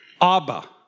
abba